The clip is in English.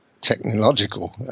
technological